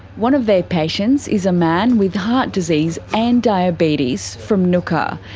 one of their patients is a man with heart disease and diabetes from ngukurr,